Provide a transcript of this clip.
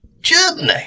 Germany